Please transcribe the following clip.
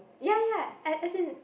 ya ya as as in